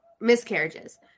miscarriages